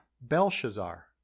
Belshazzar